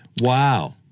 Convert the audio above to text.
Wow